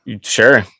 sure